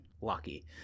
Lucky